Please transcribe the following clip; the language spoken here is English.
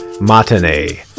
matinee